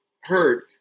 heard